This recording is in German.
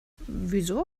wieso